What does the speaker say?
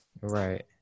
Right